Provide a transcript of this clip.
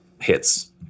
hits